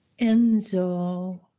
Enzo